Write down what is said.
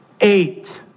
Eight